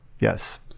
Yes